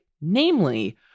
namely